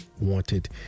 wanted